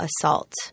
assault